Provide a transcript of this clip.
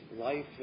life